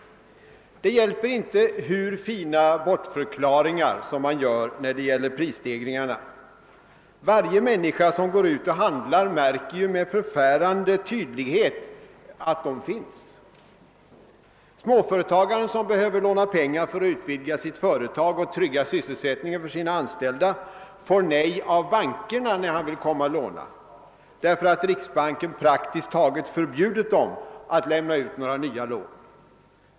Det hjälper inte hur fina bortförklaringar man än gör när det gäller prisstegringarna; varje människa som går ut och handlar märker med förfärande tydlighet att de finns. Småföretagaren som behöver låna pengar för sitt företag och trygga sysselsättningen för sina anställda får nej av bankerna när han vill låna, därför att riksbanken praktiskt taget förbjudit bankerna att lämna ut några nya lån.